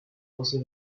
procès